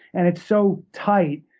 and it's so tight.